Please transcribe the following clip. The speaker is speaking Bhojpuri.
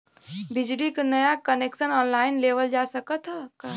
बिजली क नया कनेक्शन ऑनलाइन लेवल जा सकत ह का?